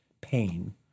pain